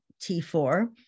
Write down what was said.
T4